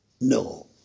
No